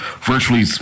virtually